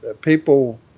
people